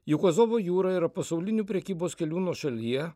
juk azovo jūra yra pasaulinių prekybos kelių nuošalyje